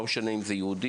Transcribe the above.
לא משנה אם זה יהודים,